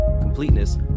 completeness